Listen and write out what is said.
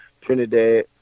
Trinidad